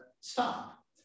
stop